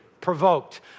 provoked